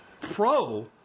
pro